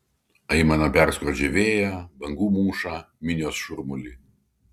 aimana perskrodžia vėją bangų mūšą minios šurmulį